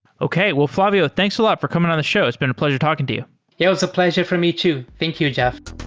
okay. well, flavio, thanks a lot for coming on the show. it's been a pleasure talking to you yeah. it was a pleasure for me too. thank you, jeff